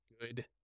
good